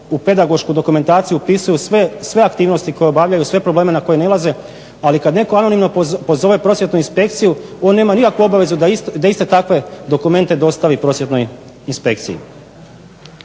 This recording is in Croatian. u pedagošku dokumentaciju upisuju sve aktivnosti koje obavljaju, sve probleme na koje nailaze. Ali kad netko anonimno pozove prosvjetnu inspekciju on nema nikakvu obavezu da iste takve dokumente dostavi prosvjetnoj inspekciji.